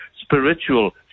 spiritual